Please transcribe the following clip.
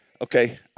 Okay